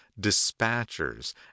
dispatchers